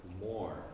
more